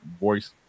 voice